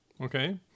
Okay